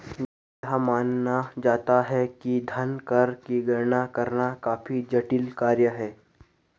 यह माना जाता है कि धन कर की गणना करना काफी जटिल कार्य है